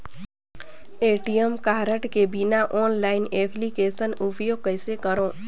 ATM card के बिना online application उपयोग कइसे करो?